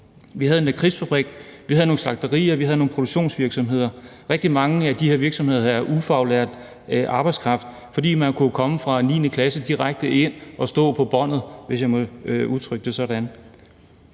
Vi havde en lakridsfabrik, vi havde nogle slagterier, vi havde nogle produktionsvirksomheder, og rigtig mange af de her virksomheder havde ufaglært arbejdskraft, fordi man kunne komme direkte ind fra 9. klasse og stå ved båndet, hvis jeg må udtrykke det sådan.